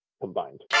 combined